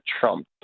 Trump